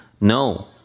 No